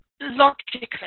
logically